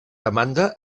demanda